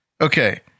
Okay